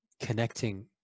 connecting